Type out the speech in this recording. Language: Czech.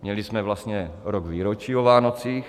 Měli jsme vlastně rok výročí o Vánocích.